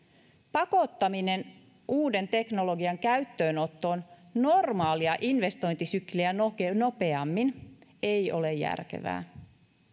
pakottaminen uuden teknologian käyttöönottoon normaalia investointisykliä nopeammin ei ole järkevää